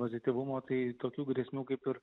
pozityvumo tai tokių grėsmių kaip ir